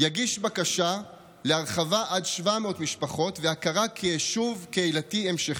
יגיש בקשה להרחבה של עד 700 משפחות והכרה כיישוב קהילתי המשכי.